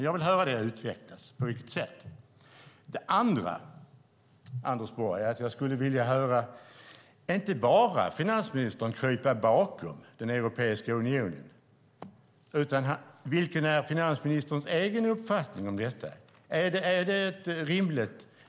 Jag vill höra detta utvecklas. Det andra, Anders Borg, är att jag inte vill höra finansministern bara krypa bakom den europeiska unionen, utan jag vill veta vilken som är finansministerns egen uppfattning om detta.